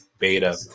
Beta